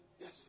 Yes